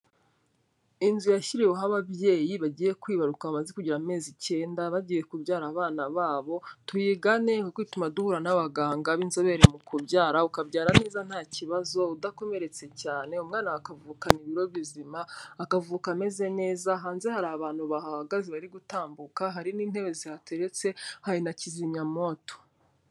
Inzu yashyiriweho ababyeyi bagiye kwibaruka bamaze kugira amezi icyenda, bagiye kubyara abana babo, tuyigane kuko ituma duhura n'abaganga b'inzobere mu kubyara, ukabyara neza nta kibazo udakomeretse cyane, umwana akavukana ibiro bizima, akavuka ameze neza, hanze hari abantu bahahagaze bari gutambuka hari n'intebe zihateretse, hari na kizimyamoto.